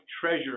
treasure